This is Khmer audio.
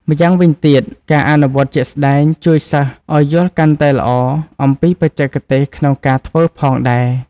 ម្យ៉ាងទៀតការអនុវត្តជាក់ស្តែងជួយសិស្សឲ្យយល់កាន់តែល្អអំពីបច្ចេកទេសក្នុងការធ្វើផងដែរ។